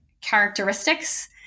characteristics